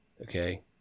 okay